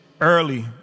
early